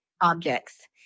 objects